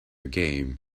game